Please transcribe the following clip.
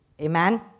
Amen